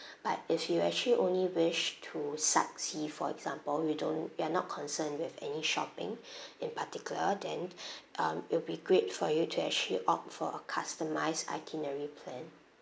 but if you actually only wish to sight see for example you don't you are not concerned with any shopping in particular then um it'll be great for you to actually opt for a customised itinerary plan